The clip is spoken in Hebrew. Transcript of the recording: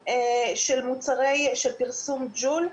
של פרסום ג'ול,